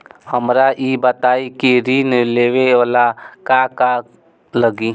हमरा ई बताई की ऋण लेवे ला का का लागी?